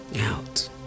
Out